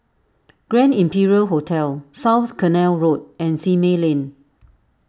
Grand Imperial Hotel South Canal Road and Simei Lane